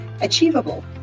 Achievable